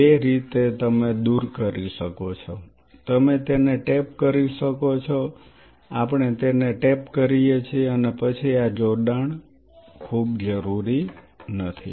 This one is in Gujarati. બે રીતે તમે દૂર કરી શકો છો તમે તેને ટેપ કરી શકો છો આપણે તેને ટેપ કરીએ છીએ પછી આ જોડાણ ખૂબ જરૂરી નથી